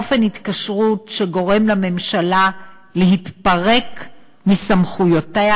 אופן התקשרות שגורם לממשלה להתפרק מסמכויותיה